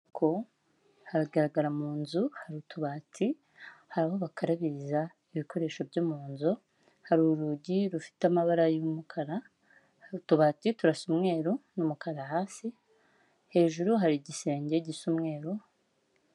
Hagaragara mu nzu hari utubati hari aho bakarabiriza, ibikoresho byo mu nzu hari urugi rufite amabara y'umukara, utubati turasa umweru n'umukara hasi hejuru hari igisenge gisa umweru.